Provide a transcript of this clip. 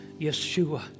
Yeshua